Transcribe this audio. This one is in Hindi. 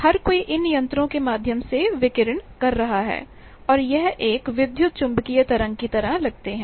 हर कोई इन यंत्रों के माध्यम से विकिरण कर रहा है और यह एक विद्युत चुम्बकीय तरंग की तरह लगते हैं